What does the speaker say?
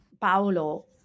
Paolo